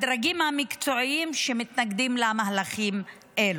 את הדרגים המקצועיים שמתנגדים למהלכים אלו.